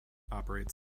operates